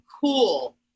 cool